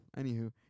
Anywho